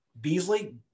Beasley